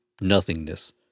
nothingness